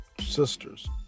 sisters